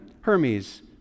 Hermes